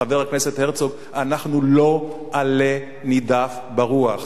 חבר הכנסת הרצוג, אנחנו לא עלה נידף ברוח.